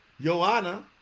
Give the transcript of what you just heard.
Joanna